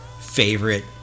favorite